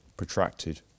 Protracted